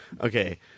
Okay